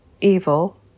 evil